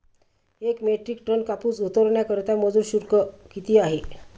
एक metric ton कापूस उतरवण्याकरता मजूर शुल्क किती आहे?